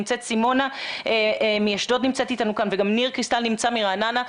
נמצאת סימונה מאשדוד וגם ניר קריסטל מרעננה נמצא,